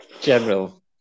General